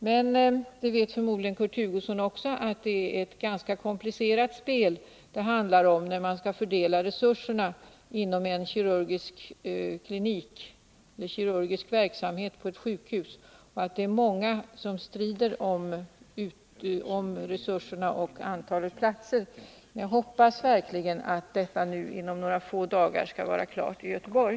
Men också Kurt Hugosson vet förmodligen att det handlar om ett ganska komplicerat spel när det gäller att fördela resurser för kirurgisk verksamhet på ett sjukhus. Det är många som strider om resurserna och antalet platser. Men jag hoppas verkligen att denna fråga i Göteborg skall vara löst inom kort.